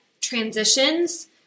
transitions